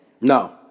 No